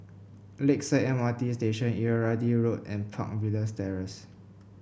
Lakeside M R T Station Irrawaddy Road and Park Villas Terrace